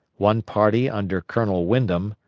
one party under colonel wyndham,